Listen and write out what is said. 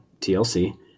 TLC